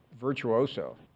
virtuoso